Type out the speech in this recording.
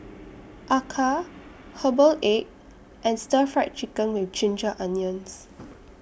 Acar Herbal Egg and Stir Fry Chicken with Ginger Onions